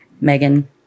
Megan